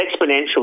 exponential